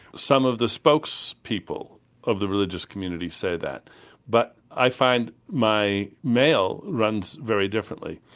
some of the spokespeople of the religious community say that but i find my mail runs very differently.